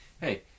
Hey